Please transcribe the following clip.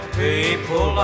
people